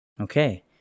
Okay